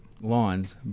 lawns